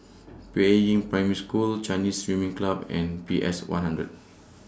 Peiying Primary School Chinese Swimming Club and P S one hundred